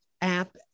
app